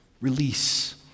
release